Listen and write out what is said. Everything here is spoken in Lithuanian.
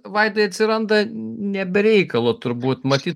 vaidai atsiranda ne be reikalo turbūt matyt